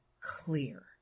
clear